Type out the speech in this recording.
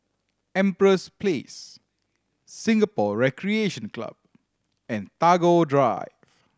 Empress Place Singapore Recreation Club and Tagore Drive